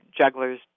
jugglers